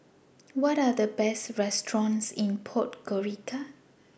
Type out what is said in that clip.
What Are The Best restaurants in Podgorica